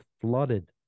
flooded